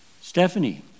Stephanie